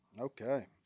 okay